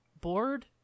bored